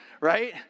right